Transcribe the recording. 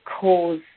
cause